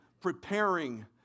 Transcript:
preparing